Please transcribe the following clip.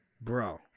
Bro